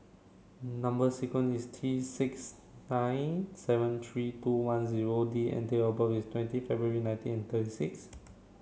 number sequence is T six nine seven three two one zero D and date of birth is twenty February nineteen thirty six